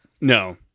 No